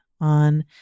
on